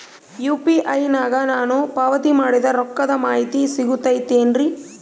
UPI ನಾಗ ನಾನು ಪಾವತಿ ಮಾಡಿದ ರೊಕ್ಕದ ಮಾಹಿತಿ ಸಿಗುತೈತೇನ್ರಿ?